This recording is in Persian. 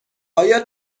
آیا